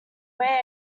wear